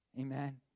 amen